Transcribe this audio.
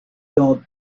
d’en